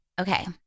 Okay